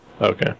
Okay